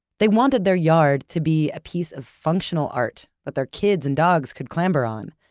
they wanted their yard to be a piece of functional art, that their kids and dogs could clamber on.